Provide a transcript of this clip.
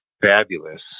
fabulous